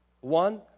One